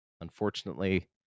unfortunately